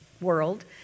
world